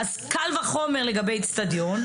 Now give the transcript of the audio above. קל וחומר לגבי אצטדיון.